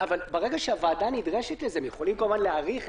אבל ברגע שהוועדה נדרשת לזה הם יכולים כמובן להאריך את